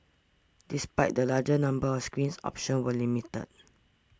despite the larger number of screens options were limited